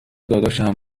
داداشم